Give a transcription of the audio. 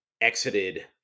exited